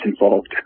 involved